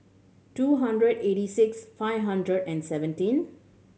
two hundred eighty six five hundred and seventeen